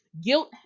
Guilt